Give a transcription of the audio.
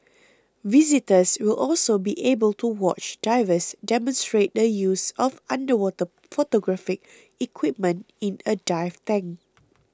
visitors will also be able to watch divers demonstrate the use of underwater photographic equipment in a dive tank